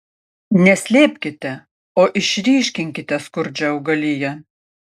ne slėpkite o išryškinkite skurdžią augaliją